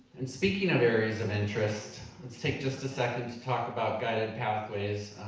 and speaking of areas of interest, let's take just a second to talk about guided pathways.